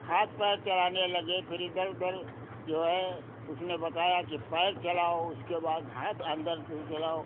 हाथ पैर चलाने लगे फिर इधर उधर जो है उसने बताया कि पैर चलाओ उसके बाद हाथ अंदर से चलाओ